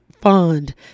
fund